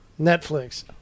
Netflix